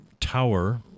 tower